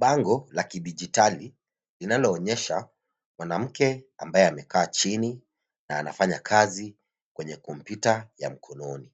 Bango la kidijitali linaloonyesha mwanake ambaye amekaa chini na anafanya kazi kwenye kompyuta ya mkononi.